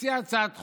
והציע הצעת חוק.